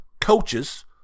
coaches